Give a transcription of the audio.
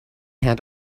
had